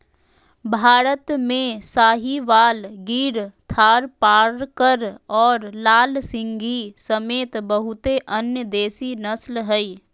भारत में साहीवाल, गिर थारपारकर और लाल सिंधी समेत बहुते अन्य देसी नस्ल हइ